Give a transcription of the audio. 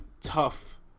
tough